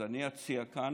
אז אני אציע כאן,